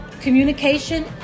communication